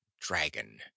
Dragon